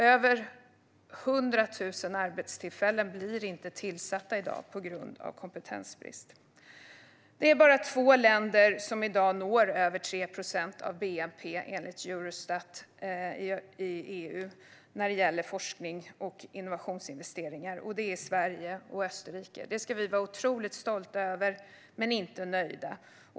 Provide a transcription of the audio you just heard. Över hundra tusen arbetstillfällen blir inte tillsatta i dag på grund av kompetensbrist. Det är enligt Eurostat bara två länder i EU som i dag når över 3 procent av bnp när det gäller forsknings och innovationsinvesteringar: Sverige och Österrike. Detta ska vi vara otroligt stolta över, men inte nöjda.